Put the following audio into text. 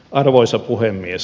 arvoisa puhemies